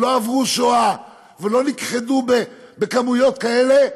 שלא עברו שואה ולא נכחדו בכמויות כאלה,